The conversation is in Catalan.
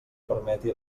permeti